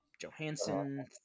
Johansson